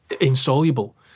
insoluble